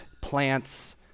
plants